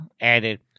added